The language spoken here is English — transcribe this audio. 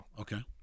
Okay